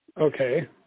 Okay